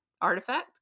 artifact